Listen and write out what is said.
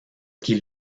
qui